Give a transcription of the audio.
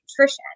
Nutrition